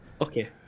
Okay